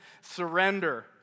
surrender